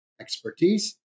expertise